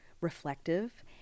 reflective